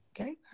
okay